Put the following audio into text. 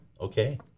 Okay